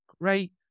great